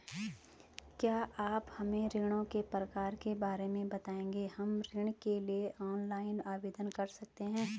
क्या आप हमें ऋणों के प्रकार के बारे में बताएँगे हम ऋण के लिए ऑनलाइन आवेदन कर सकते हैं?